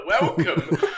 welcome